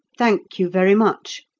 thank you, very much,